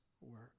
work